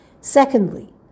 Secondly